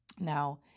Now